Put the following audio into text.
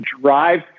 drive